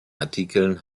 artikeln